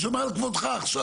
אני שומר על כבודך עכשיו.